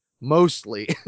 mostly